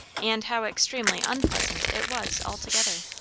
and how extremely unpleasant, it was altogether!